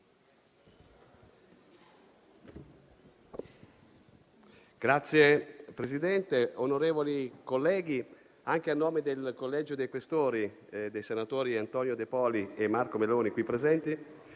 Signor Presidente, onorevoli colleghi, a nome del Collegio dei questori e dei senatori Antonio De Poli e Marco Meloni, qui presenti,